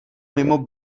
mimo